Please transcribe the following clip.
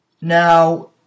Now